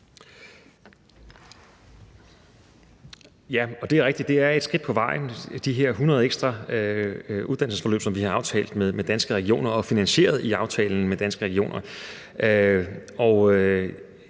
Det er rigtigt, at de her 100 ekstra uddannelsesforløb, som vi har aftalt med Danske Regioner, og som er finansieret i aftalen med Danske Regioner,